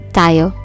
tayo